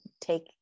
take